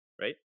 right